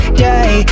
day